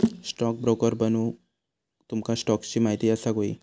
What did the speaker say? stockbroker बनूक तुमका स्टॉक्सची महिती असाक व्हयी